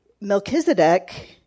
Melchizedek